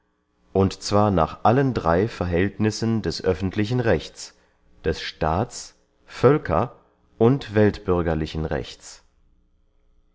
und zwar nach allen drey verhältnissen des öffentlichen rechts des staats völker und weltbürgerlichen rechts